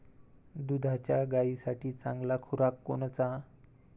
दुधाच्या गायीसाठी चांगला खुराक कोनचा?